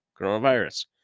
coronavirus